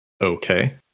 Okay